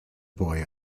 boy